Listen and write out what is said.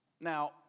Now